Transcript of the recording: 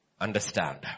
Understand